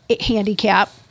handicap